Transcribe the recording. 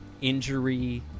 injury